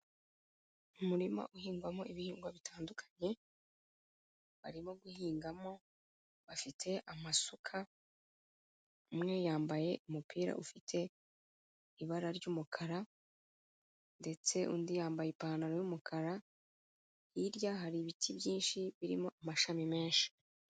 Umurima uhingwamo ibihingwa bitandukanye, barimo guhingamo bafite amasuka, umwe yambaye umupira ufite ibara ry'umukara ndetse undi yambaye ipantaro y'umukara, hirya hari ibiti byinshi birimo amashami menshi.